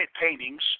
paintings